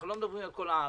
אנחנו לא מדברים על כל הארץ,